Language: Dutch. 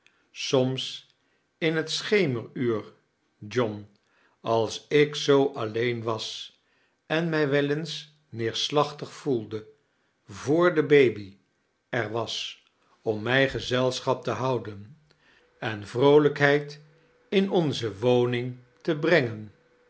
soms in het scliemeruur john als ik zoo alleein was en mij wel eens neersliachfdg voelde voor de baby er was om mij gezelsohap te houden en vroolijkhedd in onze woning te brengen